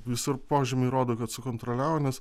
visur požymiai rodo kad sukontroliavo nes